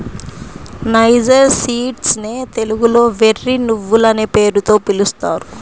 niger seeds నే తెలుగులో వెర్రి నువ్వులనే పేరుతో పిలుస్తారు